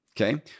Okay